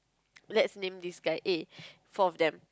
let's name this guy A four of them